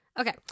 Okay